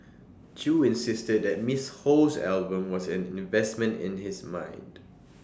chew insisted that miss Ho's album was an investment in his mind